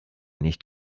nicht